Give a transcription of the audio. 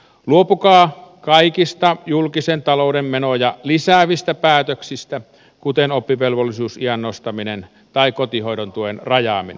luopukaa kaikista julkisen talouden menoja lisäävistä päätöksistä kuten oppivelvollisuusiän nostaminen tai kotihoidon tuen rajaaminen